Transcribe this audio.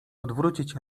odwrócić